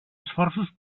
esforços